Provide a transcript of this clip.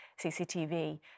CCTV